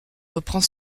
reprend